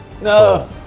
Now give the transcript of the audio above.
No